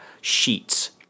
Sheets